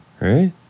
right